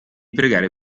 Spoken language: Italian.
pregare